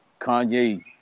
Kanye